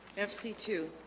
f c two